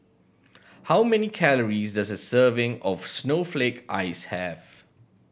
how many calories does a serving of snowflake ice have